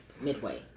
midway